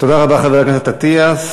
תודה רבה, חבר הכנסת אטיאס.